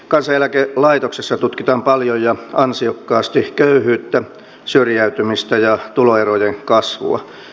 kansaneläkelaitoksessa tutkitaan paljon ja ansiokkaasti köyhyyttä syrjäytymistä ja tuloerojen kasvua